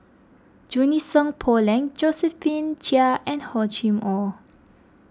Junie Sng Poh Leng Josephine Chia and Hor Chim or